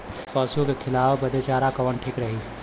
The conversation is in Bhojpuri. पशु के खिलावे बदे चारा कवन ठीक रही?